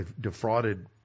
defrauded